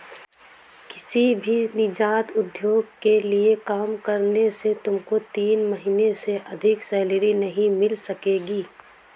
किसी भी नीजात उद्योग के लिए काम करने से तुमको तीन महीने से अधिक सैलरी नहीं मिल सकेगी